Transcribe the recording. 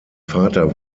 vater